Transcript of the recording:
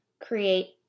create